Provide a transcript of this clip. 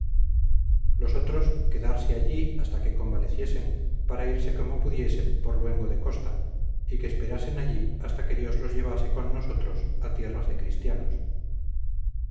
otros quedarse allí hasta que convaleciesen para irse como pudiesen por luengo de costa y que esperasen allí hasta que dios los llevase con nosotros a tierras de cristianos